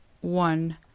one